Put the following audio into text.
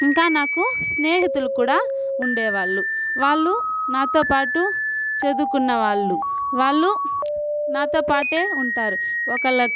ఇంకా నాకు స్నేహితులు కూడా ఉండేవాళ్ళు వాళ్ళు నాతో పాటు చదువుకున్న వాళ్ళు వాళ్ళు నాతో పాటే ఉంటారు ఒకల